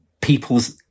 peoples